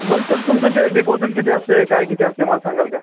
बर सर तुमचं ते डिपॉजिट किती असतंय काय किती असतंय मला सांगाल का